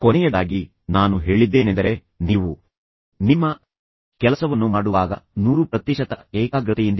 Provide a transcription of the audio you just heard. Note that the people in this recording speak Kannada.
ಕೊನೆಯದಾಗಿ ಆದರೆ ಕನಿಷ್ಠವಲ್ಲ ನಾನು ಹೇಳಿದ್ದೇನೆಂದರೆ ನೀವು ನಿಮ್ಮ ಕೆಲಸವನ್ನು ಮಾಡುವಾಗ ನೂರು ಪ್ರತಿಶತ ಏಕಾಗ್ರತೆಯಿಂದಿರಿ